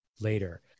later